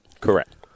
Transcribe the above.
Correct